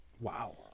wow